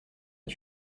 est